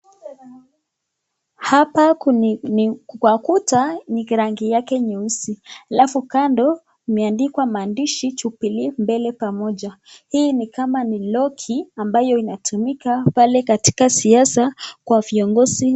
Hapa kwa kuta ni rangi yake nyeusi alafu kando imeandikwa maandishi Jubilee Mbele Pamoja. Hii ni kama ni loki ambayo inatumika pale katika siasa kwa viongozi.